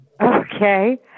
Okay